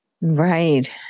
Right